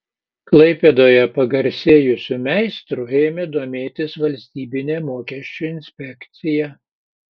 klaipėdoje pagarsėjusiu meistru ėmė domėtis valstybinė mokesčių inspekcija